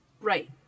Right